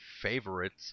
favorites